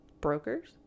Brokers